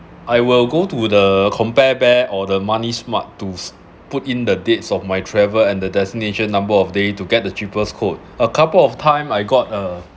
I will go to the compare bear or the money smart to put in the dates of my travel and the destination number of day to get the cheapest quote a couple of time I got uh